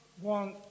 One